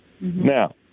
Now